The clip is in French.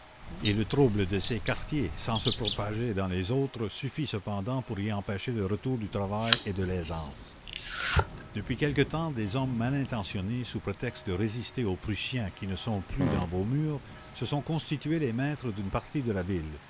et le trouble de ces quartiers sans se propager dans les autres suffit cependant pour y empêcher le retour du travail et de l'aisance depuis quelque temps des hommes mal intentionnés sous prétexte de résister aux prussiens qui ne sont plus dans vos murs se sont constitués les maîtres d'une partie de la ville